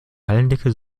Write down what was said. hallendecke